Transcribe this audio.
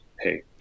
hey